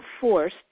forced